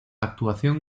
actuación